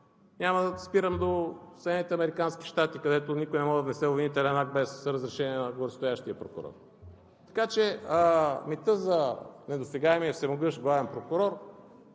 американски щати, където никой не може да внесе обвинителен акт без разрешение на горестоящия прокурор. Така че митът за недосегаемия, всемогъщ главен прокурор